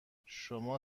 شما